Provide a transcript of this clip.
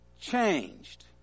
changed